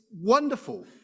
wonderful